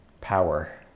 power